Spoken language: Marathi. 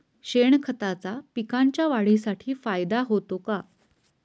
शेणखताचा पिकांच्या वाढीसाठी फायदा होतो का?